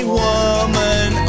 woman